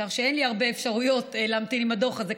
כך שאין לי הרבה אפשרויות להמתין עם הדוח הזה,